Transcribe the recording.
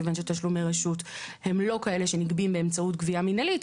מכיוון שתשלומי רשות הם לא כאלה שנגבים באמצעות גבייה מינהלית,